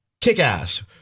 Kick-Ass